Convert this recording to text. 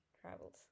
travels